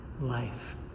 life